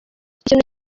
ikintu